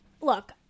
look